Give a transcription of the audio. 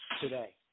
today